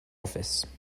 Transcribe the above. office